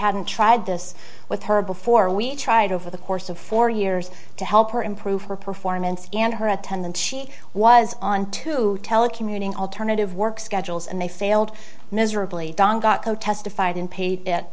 hadn't tried this with her before we tried over the course of four years to help her improve her performance and her attendance she was on to telecommuting alternative work schedules and they failed miserably testified in paid